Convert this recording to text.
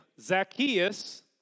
Zacchaeus